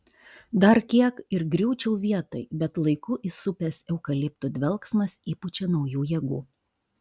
dar kiek ir griūčiau vietoj bet laiku įsupęs eukaliptų dvelksmas įpučia naujų jėgų